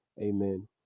Amen